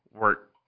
work